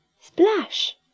Splash